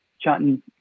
chatting